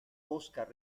oscar